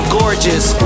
gorgeous